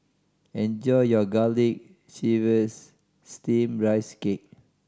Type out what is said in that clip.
enjoy your Garlic Chives Steamed Rice Cake